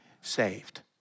saved